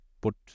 put